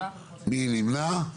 מי נמנע?